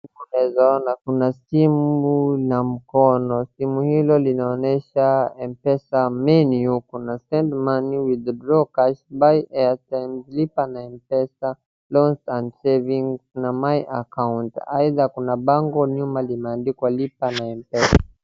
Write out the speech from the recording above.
Naeza ona kuna simu ya mkono, simu hiyo inaonyesha mpesa menu kuna send money, withdraw cash, buy airtime , lipa na mpesa, loans and savings na my account aidha kuna bango nyumba limeandikwa lipa n mpesa.